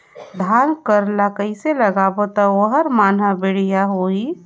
धान कर ला कइसे लगाबो ता ओहार मान बेडिया होही?